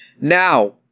Now